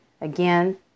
again